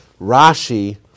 Rashi